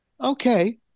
Okay